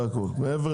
נכניס.